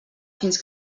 fins